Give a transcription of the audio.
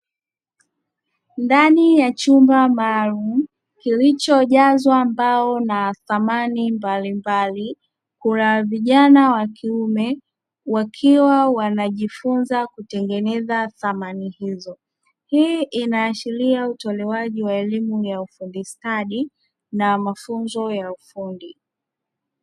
Ndani ya chumba maalumu kilichojazwa mbao na samani mbalimbali, kuna vijana wa kiume wakiwa wanajifunza kutengeneza samani hizo. Hii inaashiria utolewaji wa elimu ya ufundi stadi na mafunzo ya ufundi.